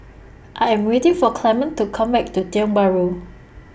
I Am waiting For Clement to Come Back to Tiong Bahru